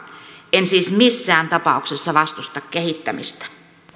en siis missään tapauksessa vastusta kehittämistä